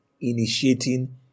initiating